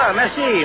merci